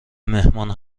مهمان